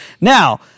now